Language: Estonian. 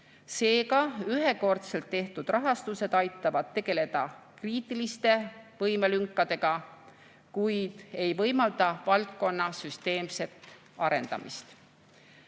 Seega, ühekordselt tehtud rahastused aitavad tegeleda kriitiliste võimelünkadega, kuid ei võimalda valdkonna süsteemset arendamist.